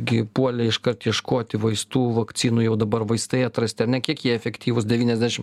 gi puolė iškart ieškoti vaistų vakcinų jau dabar vaistai atrasti ar ne kiek jie efektyvūs devyniasdešim